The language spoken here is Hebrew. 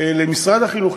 למשרד החינוך,